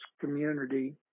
community